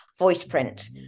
VoicePrint